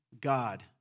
God